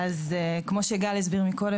אז כמו שגל הסביר מקודם,